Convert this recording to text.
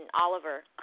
Oliver